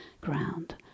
ground